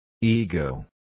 Ego